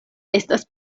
estas